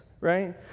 right